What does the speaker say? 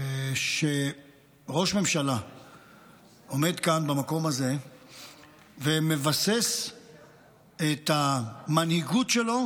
שראש ממשלה עומד כאן במקום הזה ומבסס את המנהיגות שלו